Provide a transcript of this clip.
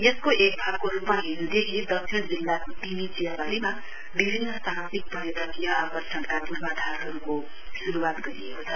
यसको भागको रूपमा हिजोदेखि दक्षिण जिल्लाको तिमी चियावारीमा विभिन्न साहसिक पर्यटकीय आकर्षणका पूर्वाधारहरूको श्रूवात गरिएको छ